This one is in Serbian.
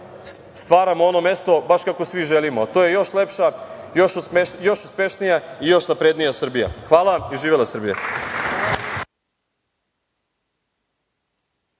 stvaramo ono mesto baš kako svi želimo, a to je još lepša, još uspešnija i još naprednija Srbija. Hvala vam. Živela Srbija!